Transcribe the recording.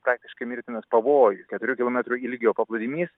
praktiškai mirtinas pavojus keturių kilometrų ilgio paplūdimys